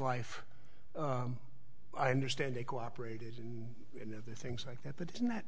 life i understand they cooperated in things like that but isn't that